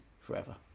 Forever